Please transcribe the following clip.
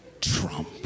Trump